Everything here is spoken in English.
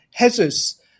Jesus